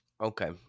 Okay